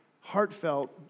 heartfelt